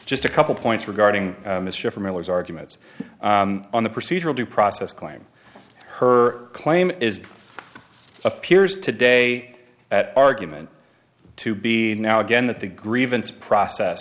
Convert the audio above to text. just a couple points regarding mr miller's arguments on the procedural due process claim her claim is appears today at argument to be now again that the grievance process